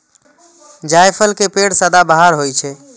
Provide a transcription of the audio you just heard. जायफल के पेड़ सदाबहार होइ छै